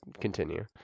continue